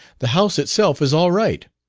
the house itself is all right.